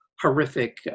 horrific